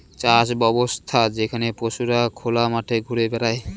চাষ ব্যবছ্থা যেখানে পশুরা খোলা মাঠে ঘুরে বেড়ায়